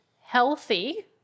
healthy